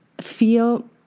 feel